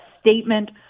statement